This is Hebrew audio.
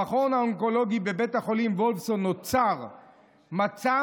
במכון האונקולוגי בבית החולים וולפסון נוצר מצב